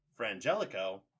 Frangelico